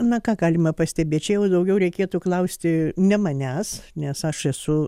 na ką galima pastebėt čia jau daugiau reikėtų klausti ne manęs nes aš esu